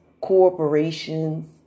corporations